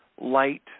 light